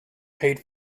paid